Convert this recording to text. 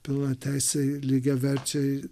pilnateisiai lygiaverčiai